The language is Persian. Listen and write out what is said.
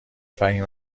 فهمیه